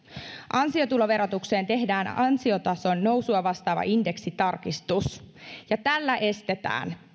ansiotuloverotukseen tehdään ansiotason nousua vastaava indeksitarkistus tällä estetään